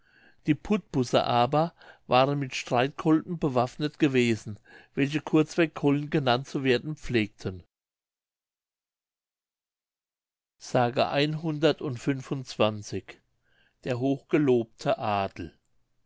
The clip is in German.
die putbusser aber waren mit streitkolben bewaffnet gewesen welche kurzweg kollen genannt zu werden pflegten grümbke darstellung der insel rügen ii s der hochgelobte adel